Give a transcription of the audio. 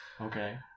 okay